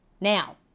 now